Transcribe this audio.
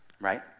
right